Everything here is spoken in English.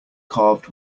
carved